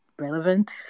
relevant